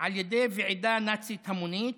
על ידי ועידה נאצית המונית.